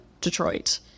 detroit